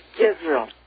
Israel